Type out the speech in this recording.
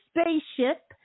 spaceship